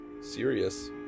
serious